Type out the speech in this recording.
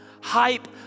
Hype